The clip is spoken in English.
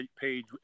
page